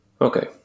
Okay